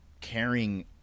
caring